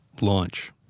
Launch